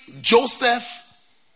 Joseph